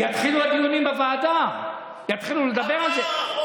יתחילו הדיונים בוועדה, יתחילו לדבר על זה.